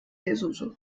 desuso